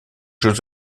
jeux